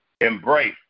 embrace